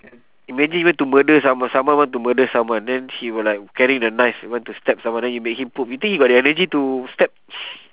imagine you want to murder someone someone want to murder someone then he will like carry the knife he want to stab someone then you make him poop you think he got the energy to stab